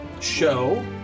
show